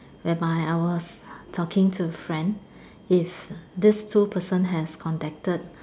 whereby I was talking to friend it's these two person has contacted